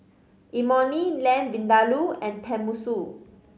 Imoni Lamb Vindaloo and Tenmusu